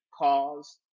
cause